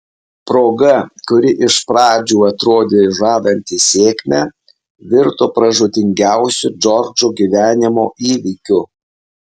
proga kuri iš pradžių atrodė žadanti sėkmę virto pražūtingiausiu džordžo gyvenimo įvykiu